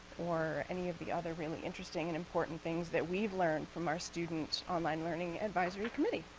or any of the other really interesting and important things that we've learned from our student online learning advisory committee.